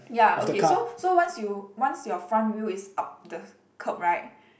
ya okay so so once you once your front wheel is up the curb right